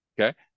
okay